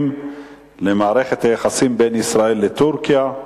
לנושא: מערכת היחסים בין ישראל לטורקיה.